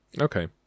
Okay